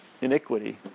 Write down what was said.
iniquity